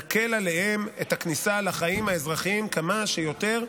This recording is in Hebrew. נקל עליהם את הכניסה לחיים האזרחיים כמה שיותר,